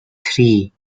three